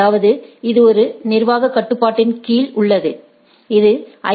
அதாவது இது ஒரு நிர்வாகக் கட்டுப்பாட்டின் கீழ் உள்ளது இது ஐ